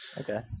okay